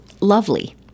lovely